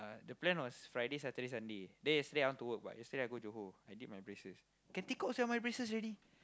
the plan was Friday Saturday Sunday then yesterday I want to work but yesterday I go Johor I did my braces can take out sia my braces already